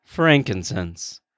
frankincense